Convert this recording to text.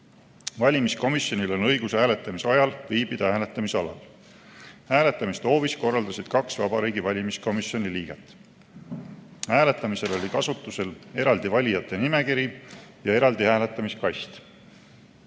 Valimiskomisjonil on õigus hääletamise ajal viibida hääletamisalal. Hääletamist hoovis korraldasid kaks Vabariigi Valimiskomisjoni liiget. Hääletamisel oli kasutusel eraldi valijate nimekiri ja eraldi hääletamiskast.